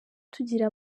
tugira